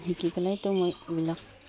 শিকি পেলাইতো মই এইবিলাক